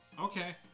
Okay